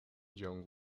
john